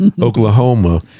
Oklahoma